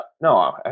No